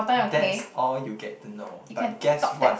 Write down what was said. that's all you get to know but guess what